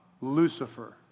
Lucifer